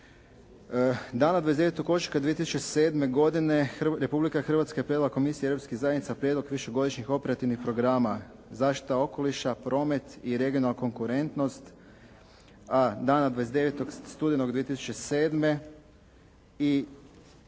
Dana 29. ožujka 2007. godine Republika Hrvatska je predala komisiji europskih zajednica prijedlog višegodišnjih operativnih programa "Zaštita okoliša", "Promet" i "Regionalna konkurentnost", a dana 29. studenog 2007. i